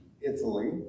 Italy